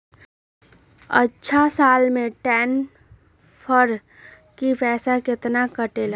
अछा साल मे ट्रांसफर के पैसा केतना कटेला?